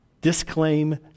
disclaim